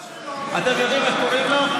אתם יודעים איך קוראים לו?